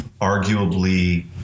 arguably –